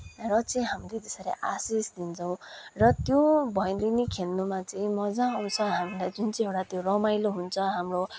र चाहिँ हामीले त्यसरी आशीष दिन्छौँ र त्यो भैलिनी खेल्नुमा चाहिँ मज्जा आउँछ हामीलाई जुन चाहिँ एउटा त्यो रमाइलो हुन्छ हाम्रो